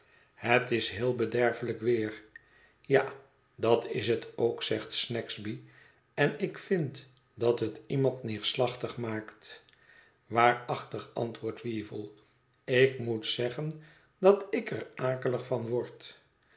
het is heel bederfelijk weer ja dat is het ook zegt snagsby en ik vind dat het iemand neerslachtig maakt waarachtig antwoordt weevle ik moet zeggen dat ik er akelig van word